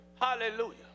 hallelujah